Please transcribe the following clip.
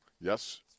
Yes